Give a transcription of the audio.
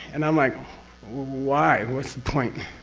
and i'm like why, what's the point?